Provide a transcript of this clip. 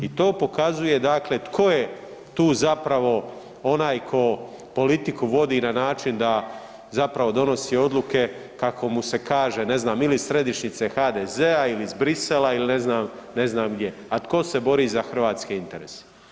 I to pokazuje tko je tu zapravo onaj tko politiku vodi na način da zapravo donosi odluke kako mu se kaže, ne znam ili iz središnjice HDZ-a ili iz Bruxellesa ili ne znam gdje, a tko se bori za hrvatske interese.